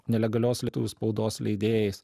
nelegalios lietuvių spaudos leidėjais